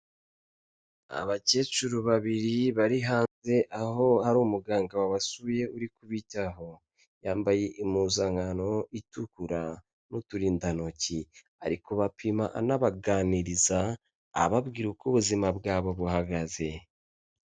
Abakecuru babiri bari hanze aho hari umuganga wabasuye uri kubitaho, yambaye impuzankano itukura n'uturindantoki, ari kubapima anabaganiriza ababwira uko ubuzima bwabo buhagaze.